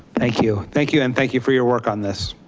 thank you, thank you and thank you for your work on this.